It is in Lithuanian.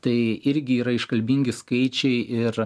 tai irgi yra iškalbingi skaičiai ir